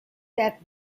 that